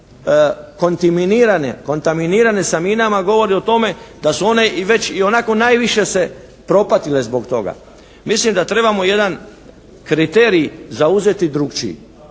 kontiminirane, kontaminirane sa minama govori o tome da su one i već ionako najviše se propatile zbog toga. Mislim da trebamo jedan kriterij zauzeti drukčiji.